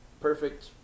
perfect